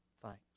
thanks